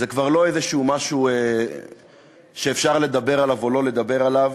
זה כבר לא איזה משהו שאפשר לדבר עליו או לא לדבר עליו,